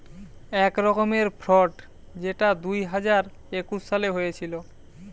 এক রকমের ফ্রড যেটা দুই হাজার একুশ সালে হয়েছিল